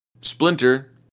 Splinter